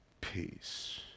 peace